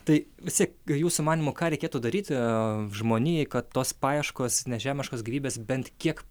tai vis tiek jūsų manymu ką reikėtų daryti žmonijai kad tos paieškos nežemiškos gyvybės bent kiek